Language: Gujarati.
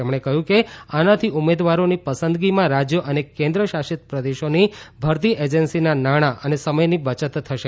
તેમણે કહ્યું કે આનાથી ઉમેદવારોની પસંદગીમાં રાશ્યો અને કેન્દ્રશાસિત પ્રદેશોની ભરતી એજન્સીના નાણા અને સમયની બચત થશે